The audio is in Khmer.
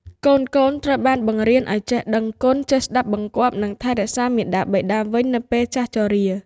កូនៗត្រូវបានបង្រៀនឱ្យចេះដឹងគុណ ចេះស្ដាប់បង្គាប់ និងថែរក្សាមាតាបិតាវិញនៅពេលចាស់ជរា។